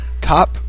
Top